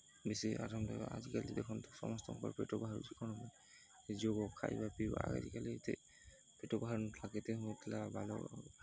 ଆରାମ ଦେ ଆଜିକାଲି ଦେଖନ୍ତ ସମସ୍ତଙ୍କର ପେଟ ବାହାରୁ ଯେଣ ହ ଯ ଖାଇବା ପିଇବା ଆଜିକାଲି ଏତେ ପେଟ ପାହାରୁଥିଲା କି ତ ହଉଥିଲା ବାଲ